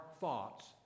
thoughts